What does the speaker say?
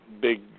big